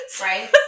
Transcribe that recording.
Right